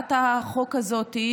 שהצעת החוק הזאת,